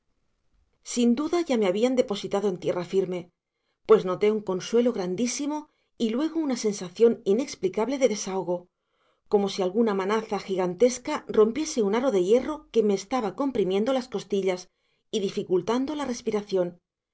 sin duda ya me habían depositado en tierra firme pues noté un consuelo grandísimo y luego una sensación inexplicable de desahogo como si alguna manaza gigantesca rompiese un aro de hierro que me estaba comprimiendo las costillas y dificultando la respiración